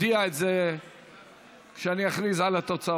אני אודיע את זה כשאכריז על התוצאות.